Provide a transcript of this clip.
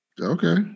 Okay